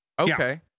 okay